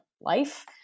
life